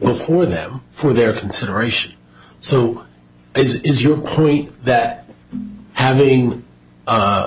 well for them for their consideration so is you create that having